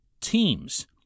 teams